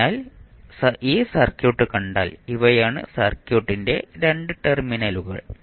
അതിനാൽ ഈ സർക്യൂട്ട് കണ്ടാൽ ഇവയാണ് സർക്യൂട്ടിന്റെ 2 ടെർമിനലുകൾ